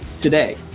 today